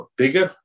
bigger